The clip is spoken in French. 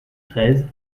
treize